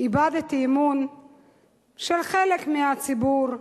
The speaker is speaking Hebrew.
איבדתי אמון של חלק מהציבור,